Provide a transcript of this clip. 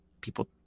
people